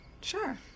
sure